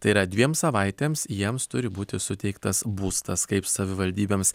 tai yra dviem savaitėms jiems turi būti suteiktas būstas kaip savivaldybėms